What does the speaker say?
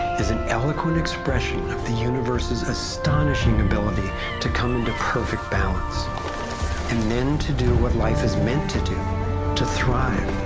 is an eloquent expression of the universe's astonishing ability to come to a perfect balance and then to do what life is ment to do to thrive.